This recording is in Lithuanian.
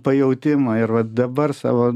pajautimą ir va dabar savo